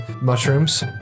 mushrooms